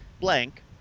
blank